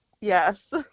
Yes